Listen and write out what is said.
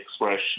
expression